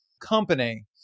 company